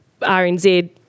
RNZ